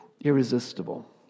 Irresistible